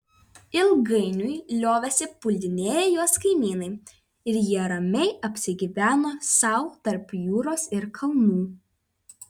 ilgainiui liovėsi puldinėję juos kaimynai ir jie ramiai apsigyveno sau tarp jūros ir kalnų